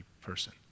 person